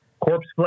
Corpse